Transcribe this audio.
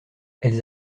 elles